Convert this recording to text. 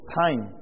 time